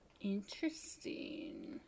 interesting